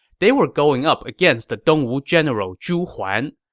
they were going up against the dongwu general zhu huan.